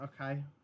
okay